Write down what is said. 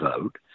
vote